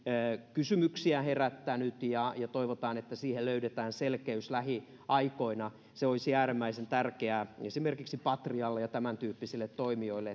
kysymyksiä herättänyt ja toivotaan että siihen löydetään selkeys lähiaikoina olisi äärimmäisen tärkeää esimerkiksi patrialle ja tämäntyyppisille toimijoille